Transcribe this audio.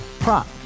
Prop